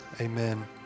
Amen